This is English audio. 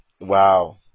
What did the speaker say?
wow